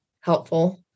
helpful